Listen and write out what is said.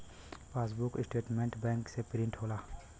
passbook statement bank से print होला